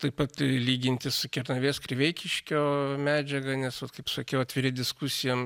taip pat lyginti su kernavės kriveikiškio medžiaga nes kaip sakiau atviri diskusijom